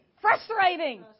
frustrating